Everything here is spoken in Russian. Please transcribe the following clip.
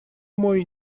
мой